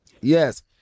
Yes